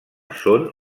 són